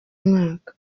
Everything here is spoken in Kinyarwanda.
mwaka